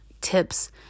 tips